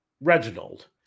Reginald